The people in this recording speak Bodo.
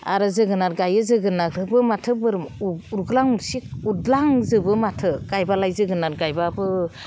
आरो जोगोनार गायो जोगोनारखौबो माथो उरग्लां उरसि उदलां जोबो माथो गायबालाय जोगोनार गायबाबो